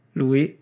lui